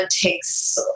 takes